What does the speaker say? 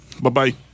Bye-bye